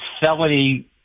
felony